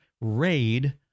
raid